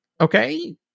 Okay